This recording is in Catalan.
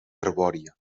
arbòria